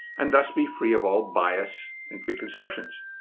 and thus be free of all bias and preconceptions.